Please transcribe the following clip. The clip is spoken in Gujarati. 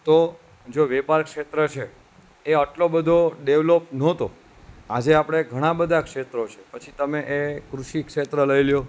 તો જો વેપાર ક્ષેત્ર છે એ આટલો બધો ડેવલોપ નહોતો આજે આપણે ઘણા બધા ક્ષેત્રો છે પછી તમે એ કૃષિ ક્ષેત્ર લઈ લો